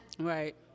Right